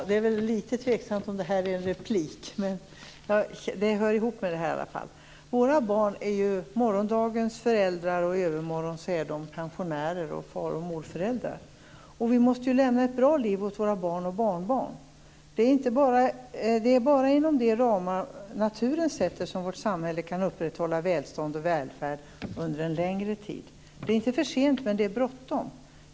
Fru talman! Våra barn är morgondagens föräldrar. I övermorgon är de pensionärer och far och morföräldrar. Vi måste lämna ett bra liv åt våra barn och barnbarn. Det är bara inom de ramar som naturen sätter som vårt samhälle under en längre tid kan upprätthålla välstånd och välfärd. Det är inte för sent men det är bråttom.